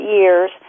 years